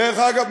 דרך אגב,